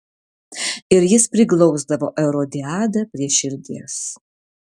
ir jis priglausdavo erodiadą prie širdies